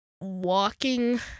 walking